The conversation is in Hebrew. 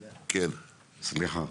סליחה.